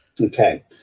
Okay